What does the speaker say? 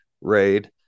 raid